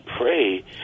pray